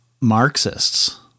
marxists